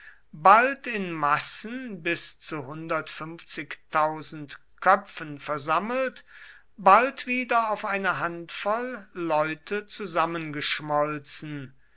bald in massen bis zu köpfen versammelt bald wieder auf eine handvoll leute zusammengeschmolzen